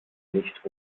nicht